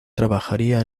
trabajaría